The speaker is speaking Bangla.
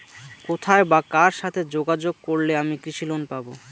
কোথায় বা কার সাথে যোগাযোগ করলে আমি কৃষি লোন পাব?